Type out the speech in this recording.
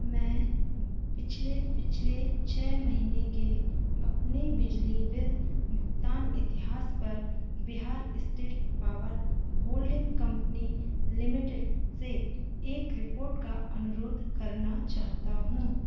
मैं पिछले पिछले छह महीने के अपने बिजली बिल भुगतान इतिहास पर Bihar state power holding company limited से एक रिपोर्ट का अनुरोध करना चाहता हूँ